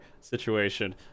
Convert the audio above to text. situation